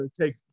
take